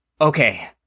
Okay